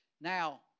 Now